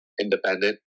independent